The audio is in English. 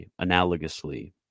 analogously